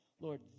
Lord